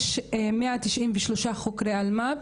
יש 193 חוקרי אלמ"ב,